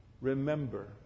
remember